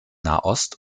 nahost